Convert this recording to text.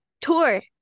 tour